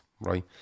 right